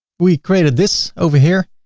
we created this over here.